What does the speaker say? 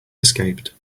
escaped